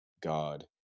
God